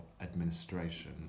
administration